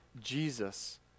Jesus